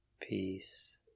Peace